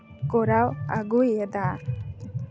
ᱠᱚᱨᱟᱣ ᱟᱹᱜᱩᱭᱮᱫᱟ